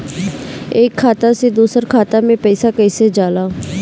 एक खाता से दूसर खाता मे पैसा कईसे जाला?